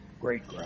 Great